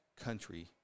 country